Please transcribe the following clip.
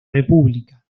república